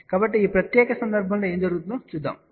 కాబట్టి ఈ ప్రత్యేక సందర్భంలో ఏమి జరుగుతుందో చూద్దాం